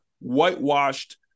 whitewashed